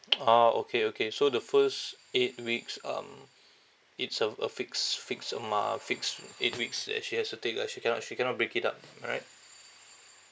ah okay okay so the first eight weeks um it's a f~ a fixed fixed amo~ uh fixed eight weeks that she has to take ah she cannot she cannot break it up right